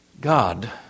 God